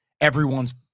everyone's